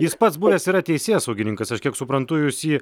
jis pats buvęs yra teisėsaugininkas aš kiek suprantu jūs jį